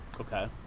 Okay